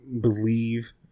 believe